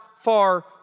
far